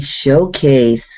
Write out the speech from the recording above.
Showcase